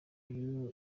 kuri